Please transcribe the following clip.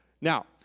Now